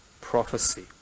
prophecy